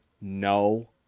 no